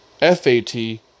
F-A-T